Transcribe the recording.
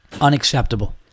Unacceptable